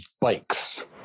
bikes